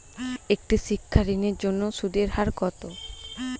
একটি শিক্ষা ঋণের জন্য সুদের হার কত?